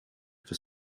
for